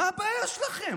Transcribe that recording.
מה הבעיה שלכם?